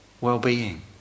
well-being